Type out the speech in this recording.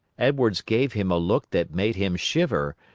edwards gave him a look that made him shiver,